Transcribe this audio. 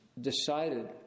decided